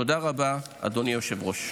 תודה רבה, אדוני היושב-ראש.